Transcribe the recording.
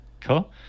Cool